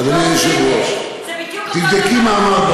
אדוני היושב-ראש, זה בדיוק אותו הדבר.